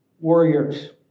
warriors